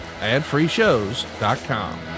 AdFreeShows.com